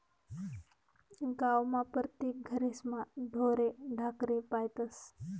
गावमा परतेक घरेस्मा ढोरे ढाकरे पायतस